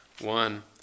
One